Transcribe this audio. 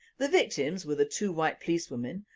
the victims were the two white policewomen,